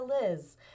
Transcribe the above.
Liz